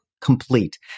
complete